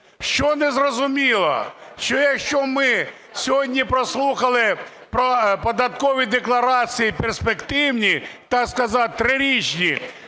Що не зрозуміло? Що якщо ми сьогодні прослухали про податкові декларації перспективні, так сказати, трирічні,